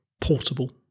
portable